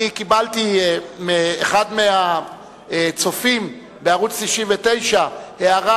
אני קיבלתי מאחד מהצופים בערוץ-99 הערה,